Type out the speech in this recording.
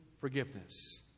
forgiveness